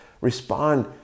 respond